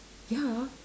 ya